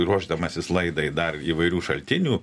ruošdamasis laidai dar įvairių šaltinių